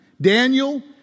Daniel